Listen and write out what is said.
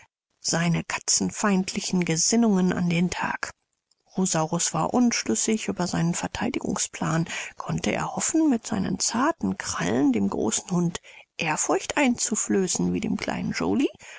seine katzenfeindlichen gesinnungen an den tag rosaurus war unschlüssig über seinen vertheidigungsplan konnte er hoffen mit seinen zarten krallen dem großen hund ehrfurcht einzuflößen wie dem kleinen